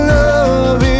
love